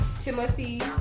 Timothy